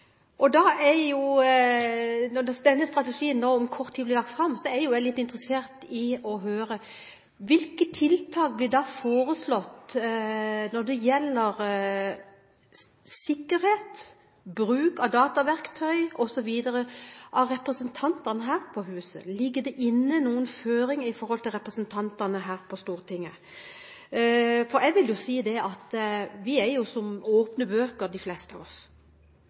Når denne strategien nå om kort tid blir lagt fram, er jeg jo litt interessert i å høre: Hvilke tiltak blir da foreslått når det gjelder sikkerhet og bruk av dataverktøy osv. av representantene her på huset? Ligger det inne noen føringer i forhold til representantene her på Stortinget? Jeg vil jo si at vi er som åpne bøker, de fleste av oss.